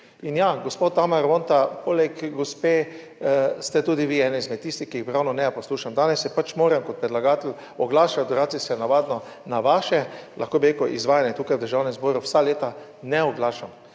in ja, gospo Tamara Vonta, poleg gospe, ste tudi vi eden izmed tistih, ki jih ravno ne poslušam. Danes se pač moram kot predlagatelj oglašati / nerazumljivo/ navadno na vaše, lahko bi rekel, izvajanje tukaj v Državnem zboru vsa leta ne oglašam.